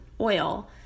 oil